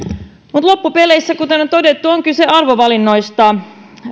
mutta loppupeleissä kuten on todettu on kyse arvovalinnoista